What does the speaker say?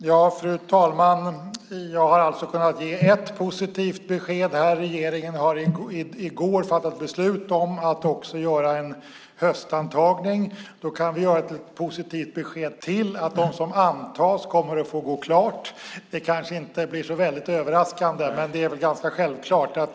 Fru talman! Jag har kunnat ge ett positivt besked här: Regeringen har i går fattat beslut om att också göra en höstantagning. Jag kan komma med ytterligare ett positivt besked, nämligen att de som antas kommer att få gå klart. Det kanske inte är särskilt överraskande.